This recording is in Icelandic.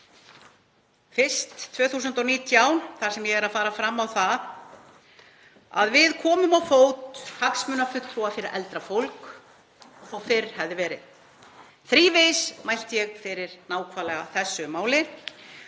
árið 2019, þar sem ég fer fram á að við komum á fót hagsmunafulltrúa fyrir eldra fólk, þótt fyrr hefði verið. Þrívegis mælti ég fyrir nákvæmlega þessu máli